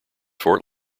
fort